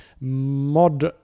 Mod